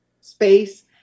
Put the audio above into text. space